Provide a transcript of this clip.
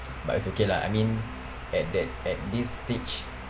but it's okay lah I mean at that at this stage